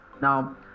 Now